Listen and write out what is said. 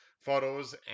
photos